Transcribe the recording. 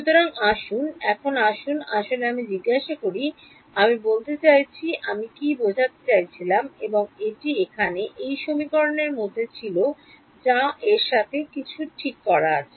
সুতরাং আসুন এখন আসুন আসলে আমি জিজ্ঞাসা করি আমি বলতে চাইছি আমি কী বোঝাতে চাইছিলাম এবং এটি এখানে এই সমীকরণের মধ্যে ছিল যা এর সাথে কিছু ঠিক আছে